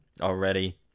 already